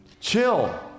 Chill